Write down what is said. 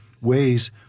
ways